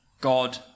God